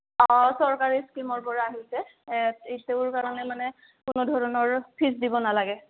অঁ চৰকাৰী স্কিমৰ পৰা আহিছে ইটোৰ কাৰণে মানে কোনো ধৰণৰ ফিজ দিব নালাগে